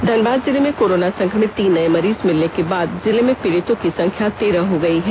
धनबाद जिले में कोरोना संक्रमित तीन नए मरीज मिलने के बाद जिले में पीड़ितों की संख्या तेरह हो गयी है